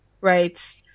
Right